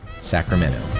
Sacramento